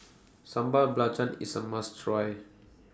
Sambal Belacan IS A must Try